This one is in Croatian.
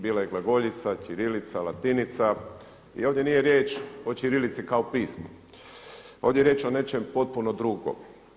Bila je i glagoljica, ćirilica, latinica i ovdje nije riječ o ćirilici kao pismu, ovdje je riječ o nečem potpuno drugom.